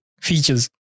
features